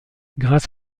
grâce